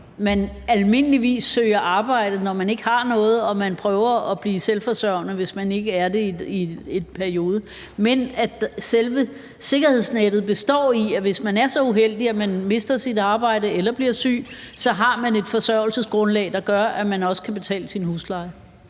man almindeligvis søger arbejde, når man ikke har noget, og man prøver at blive selvforsørgende, hvis man ikke er det i en periode, men at selve sikkerhedsnettet består i, at man, hvis man er så uheldig at miste sit arbejde eller blive syg, har et forsørgelsesgrundlag, der gør, at man også kan betale sin husleje?